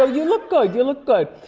ah you look good, you look good.